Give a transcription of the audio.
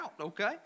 okay